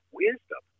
wisdom